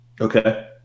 Okay